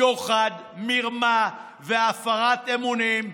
שוחד, מרמה והפרת אמונים,